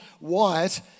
Wyatt